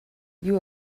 you